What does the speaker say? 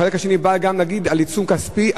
חלק זה מדבר על עיצום כספי,